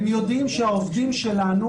הם יודעים שהעובדים שלנו,